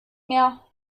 mehr